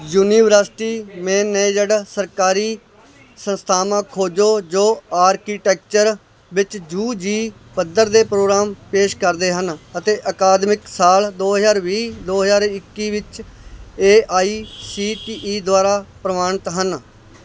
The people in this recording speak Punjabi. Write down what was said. ਯੂਨੀਵਰਸਿਟੀ ਮੈਨੇਜਡ ਸਰਕਾਰੀ ਸੰਸਥਾਵਾਂ ਖੋਜੋ ਜੋ ਆਰਕੀਟੈਕਚਰ ਵਿੱਚ ਯੂ ਜੀ ਪੱਧਰ ਦੇ ਪ੍ਰੋਗਰਾਮ ਪੇਸ਼ ਕਰਦੇ ਹਨ ਅਤੇ ਅਕਾਦਮਿਕ ਸਾਲ ਦੋ ਹਜ਼ਾਰ ਵੀਹ ਦੋ ਹਜ਼ਾਰ ਇੱਕੀ ਵਿੱਚ A I C T E ਦੁਆਰਾ ਪ੍ਰਵਾਨਿਤ ਹਨ